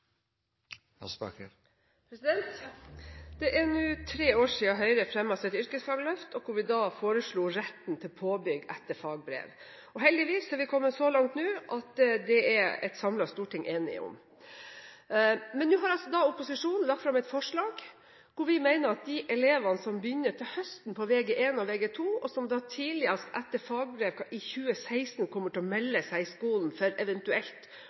utdanning. Det er nå tre år siden Høyre fremmet sitt yrkesfagløft, hvor vi foreslo retten til påbygg etter fagbrev. Heldigvis er vi nå kommet så langt at et samlet storting er enig om det. Men nå har opposisjonen lagt fram et forslag om de elevene som til høsten begynner på Vg1 og Vg2, og som etter fagbrev tidligst i 2016, kommer til å melde seg på skolen for eventuelt